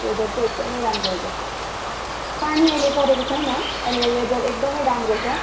weather चाहिँ एकदमै राम्रो हुन्छ पानी अहिले परेको छैन अहिले वेदर एकदमै राम्रो छ